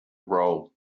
role